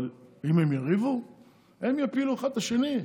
אבל אם הם יריבו הם יפילו אחד את השני.